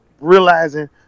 realizing